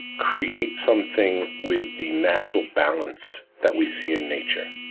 create something with the natural balance that we see in nature.